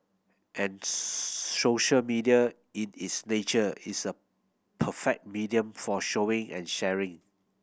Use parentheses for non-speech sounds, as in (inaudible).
and (unintelligible) social media in its nature is a perfect medium for showing and sharing